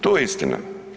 To je istina.